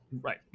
Right